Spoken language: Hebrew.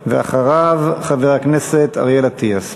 ואחריו, חבר הכנסת אריאל אטיאס.